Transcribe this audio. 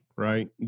right